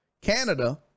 Canada